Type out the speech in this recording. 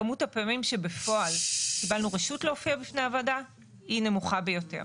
כמות הפעמים שבפועל קיבלנו רשות להופיע בפני הוועדה היא נמוכה ביותר.